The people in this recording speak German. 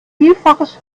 vielfaches